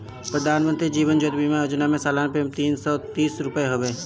प्रधानमंत्री जीवन ज्योति बीमा योजना में सलाना प्रीमियम तीन सौ तीस रुपिया हवे